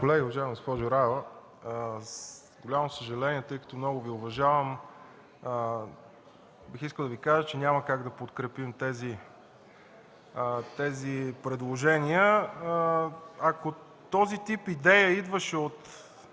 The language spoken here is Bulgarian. колеги! Уважаема госпожо Раева, с голямо съжаление, тъй като много Ви уважавам, бих искал да Ви кажа, че няма как да подкрепим тези предложения. Ако този тип идея идваше от